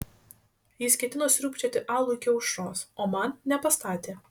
jis ketino sriūbčioti alų iki aušros o man nepastatė